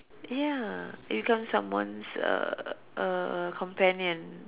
ya become someone's uh uh uh companion